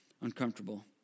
Uncomfortable